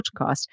podcast